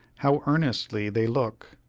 how earnestly they look!